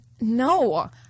no